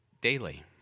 Daily